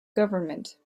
government